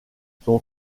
son